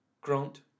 Grant